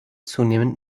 zunehmend